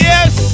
Yes